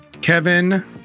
Kevin